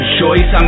choice